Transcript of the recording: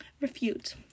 Refute